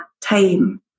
time